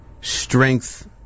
strength